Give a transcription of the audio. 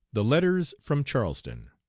the letters from charleston.